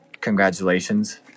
congratulations